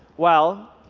well,